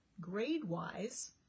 grade-wise